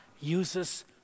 uses